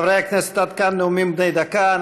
חברי כנסת, עד כאן נאומים בני דקה.